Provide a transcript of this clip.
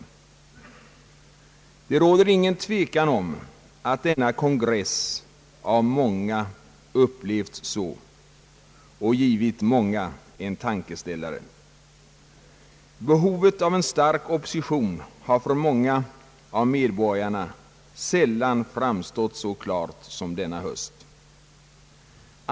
Utan tvekan har denna kongress upplevts så av många och givit dem en tankeställare. Behovet av en stark opposition har för många medborgare sällan framstått så klart som denna höst.